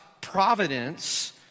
providence